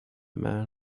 man